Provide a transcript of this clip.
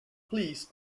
please